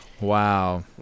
wow